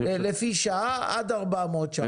לפי שעה עד 400 שעות.